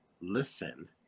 listen